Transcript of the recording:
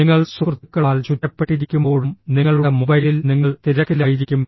നിങ്ങൾ സുഹൃത്തുക്കളാൽ ചുറ്റപ്പെട്ടിരിക്കുമ്പോഴും നിങ്ങളുടെ മൊബൈലിൽ നിങ്ങൾ തിരക്കിലായിരിക്കും